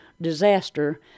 disaster